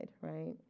right